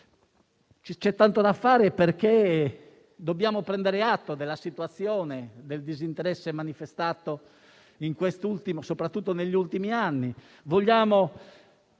C'è tanto da fare, però, perché dobbiamo prendere atto della situazione e del disinteresse manifestato soprattutto negli ultimi anni. Vogliamo